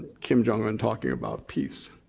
kim jong-un talking about peace.